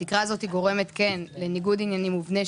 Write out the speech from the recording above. התקרה הזאת גורמת לניגוד עניינים מובנה,